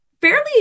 fairly